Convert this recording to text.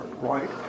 right